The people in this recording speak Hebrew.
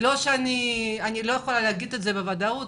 אני לא יכולה להגיד בוודאות,